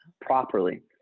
properly